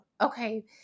okay